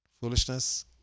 foolishness